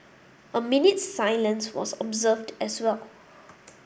a minute's silence was observed as well